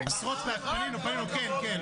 הנושא הראשון: הצעת חוק-יסוד: הכנסת (תיקון מס' 51)